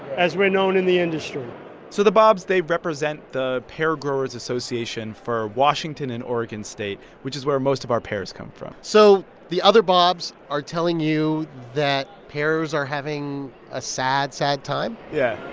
as we're known in the industry so the bobs they represent the pear growers' association for washington and oregon state, which is where most of our pears come from so the other bobs are telling you that pears are having a sad, sad time? yeah,